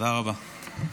תודה רבה.